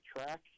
track